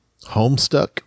Homestuck